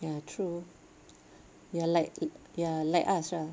ya true ya like ya like us ah